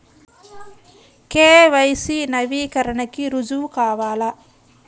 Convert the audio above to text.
KYC నవీకరణకి రుజువు కావాలా?